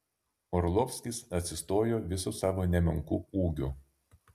orlovskis atsistojo visu savo nemenku ūgiu